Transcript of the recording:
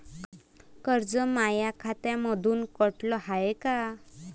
कर्ज माया खात्यामंधून कटलं हाय का?